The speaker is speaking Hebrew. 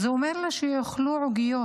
אז הוא אומר לה שיאכלו עוגיות.